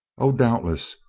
o, doubtless,